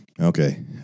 Okay